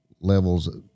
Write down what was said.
levels